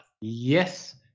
Yes